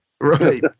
Right